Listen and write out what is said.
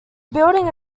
building